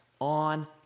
on